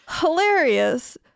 hilarious